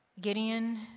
Gideon